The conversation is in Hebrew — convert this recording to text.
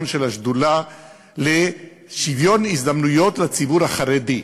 של השדולה לשוויון הזדמנויות לציבור החרדי.